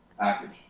package